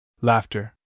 Laughter